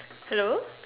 hello